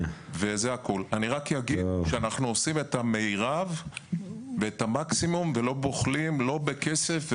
אני רק אומר שאנחנו עושים את המרב ואת המקסימום ולא בוחלים לא בכסף,